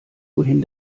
wohin